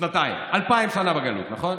שנתיים, אלפיים שנה בגלות, נכון?